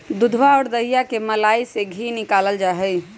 दूधवा और दहीया के मलईया से धी निकाल्ल जाहई